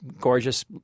gorgeous